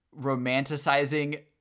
romanticizing